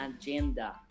agenda